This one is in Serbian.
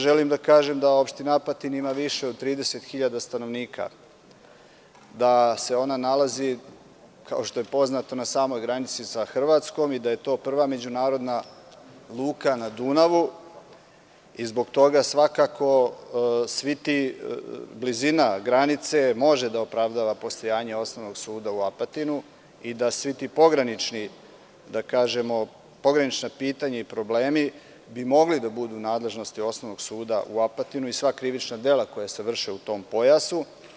Želim da kažem da opština Apatin ima više od 30.000 stanovnika, da se ona nalazi, kao što je poznato, na samoj granici sa Hrvatskom i da je to prva međunarodna luka na Dunavu i zbog toga svakako blizina granice može da opravdava postojanje osnovnog suda u Apatinu i da svi ti pogranični, da kažemo, pogranična pitanja i problemi bi mogli da budu u nadležnosti osnovnog suda u Apatinu i sva krivična dela koja se vrše u tom pojasu.